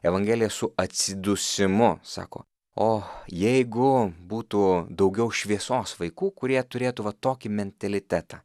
evangelija su atsidūsimu sako o jeigu būtų daugiau šviesos vaikų kurie turėtų va tokį mentalitetą